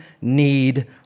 need